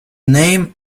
name